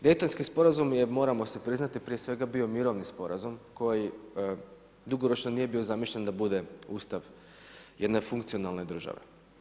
Daytonski sporazum je, moramo priznati prije svega bio mirovni sporazum koji dugoročno nije bio zamišljen da bude Ustav jedne funkcionalne države.